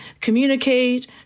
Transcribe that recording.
communicate